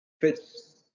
fits